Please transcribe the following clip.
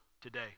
today